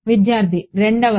విద్యార్థి రెండవది